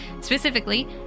Specifically